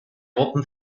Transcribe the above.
gruppen